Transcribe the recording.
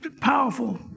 powerful